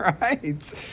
right